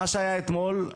מה שהיה אתמול,